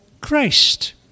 Christ